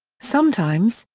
sometimes,